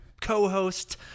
co-host